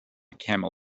camel